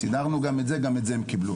סידרנו גם את זה, גם את זה הם קיבלו.